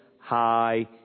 High